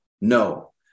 No